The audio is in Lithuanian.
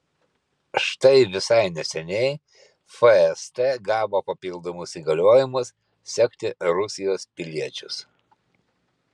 štai visai neseniai fst gavo papildomus įgaliojimus sekti rusijos piliečius